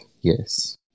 Yes